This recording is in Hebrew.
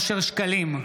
אושר שקלים,